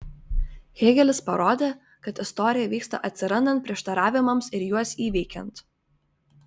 hėgelis parodė kad istorija vyksta atsirandant prieštaravimams ir juos įveikiant